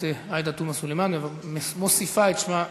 חברת הכנסת עאידה תומא סלימאן מוסיפה את שמה,